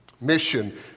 Mission